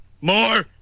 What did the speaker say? More